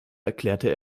erklärte